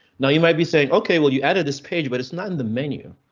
now you might be saying, ok, well you added this page, but it's not in the menu.